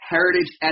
Heritage